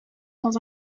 dans